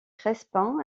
crespin